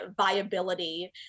viability